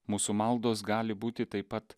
mūsų maldos gali būti taip pat